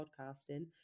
podcasting